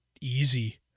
easy